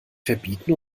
verbieten